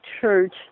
church